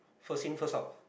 first in first out